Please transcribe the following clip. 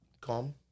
Come